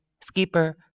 skipper